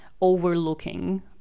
overlooking